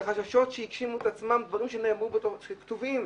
אלה חששות שהגשימו את עצמן, דברים שנאמרו בכתובים,